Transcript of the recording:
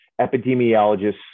epidemiologists